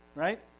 right?